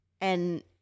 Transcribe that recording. and-